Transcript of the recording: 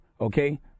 okay